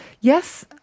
yes